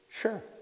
Sure